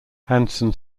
hansen